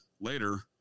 Later